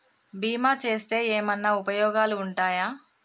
బీమా చేస్తే ఏమన్నా ఉపయోగాలు ఉంటయా?